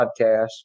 podcast